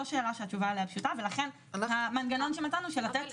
שאלה שהתשובה עליה פשוטה ולכן המנגנון שמצאנו של לתת